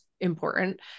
important